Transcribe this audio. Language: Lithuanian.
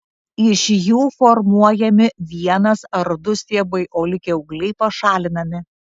iš jų formuojami vienas ar du stiebai o likę ūgliai pašalinami